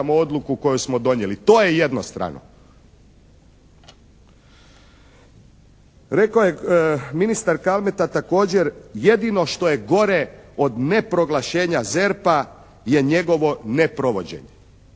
odluku koju smo donijeli. To je jednostrano. Rekao je ministar Kalmeta također, jedino što je gore od ne proglašenja ZERP-a je njegovo neprovođenje.